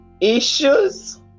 Issues